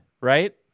right